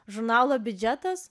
žurnalo biudžetas